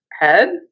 head